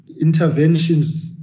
interventions